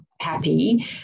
happy